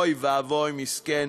אוי ואבוי, מסכן.